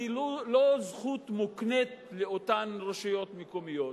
היא לא זכות מוקנית לאותן רשויות מקומיות.